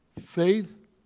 faith